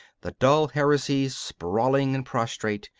the dull heresies sprawling and prostrate,